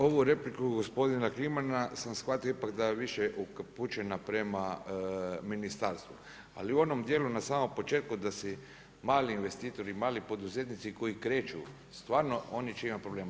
Evo ovu repliku gospodina Klimana sam shvatio ipak da je više upućena prema ministarstvu, ali u onom dijelu na samom početku da si mali investitori i mali poduzetnici koji kreću stvarno oni će imati problema.